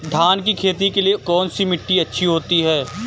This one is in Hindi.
धान की खेती के लिए कौनसी मिट्टी अच्छी होती है?